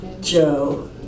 Joe